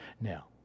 Now